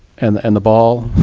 and and the ball,